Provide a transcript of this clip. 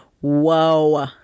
Whoa